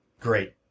great